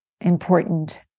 important